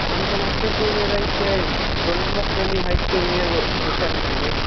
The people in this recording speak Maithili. हम समस्तीपुरमे रहै छियै गोलम्बरसँ तनि हटि कऽ ओन्ने एगो होटल हइ हुएँ